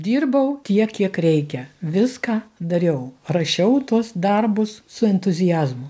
dirbau tiek kiek reikia viską dariau rašiau tuos darbus su entuziazmu